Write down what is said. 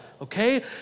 okay